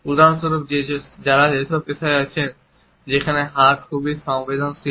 উদাহরণ স্বরূপ যারা সেইসব পেশায় আছেন যেখানে হাত খুবই সংবেদনশীল